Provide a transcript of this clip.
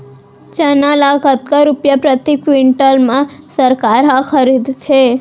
चना ल कतका रुपिया प्रति क्विंटल म सरकार ह खरीदथे?